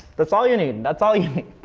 that's all you need. and that's all you